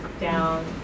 down